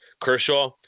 Kershaw